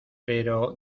pero